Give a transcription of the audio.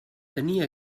tenia